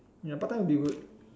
ya part time will be good